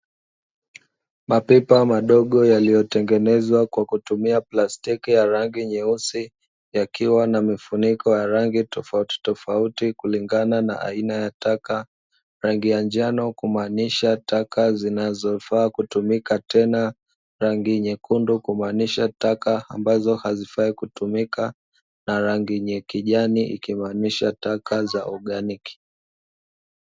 Mapipa madogo yaliyotengenezwa kwa kutumia plastiki ya rangi nyeusi yakiwa namefunikwa rangi tofauti tofauti kulingana na aina ya taka, rangi ya njano kumaanisha taka zinazofaa kutumika tena, rangi nyekundu kumaanisha taka ambazo hazifai kutumika na rangi nyekundu ya kijani ikimaanisha taka za organiki.